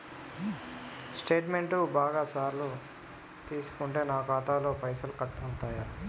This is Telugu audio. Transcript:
స్టేట్మెంటు బాగా సార్లు తీసుకుంటే నాకు ఖాతాలో పైసలు కట్ అవుతయా?